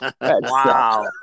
wow